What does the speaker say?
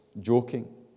joking